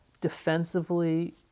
defensively